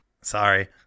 Sorry